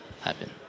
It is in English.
happen